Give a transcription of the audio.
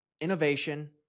innovation